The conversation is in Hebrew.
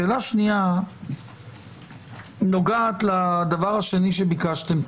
שאלה שנייה נוגעת לדבר השני שביקשתם,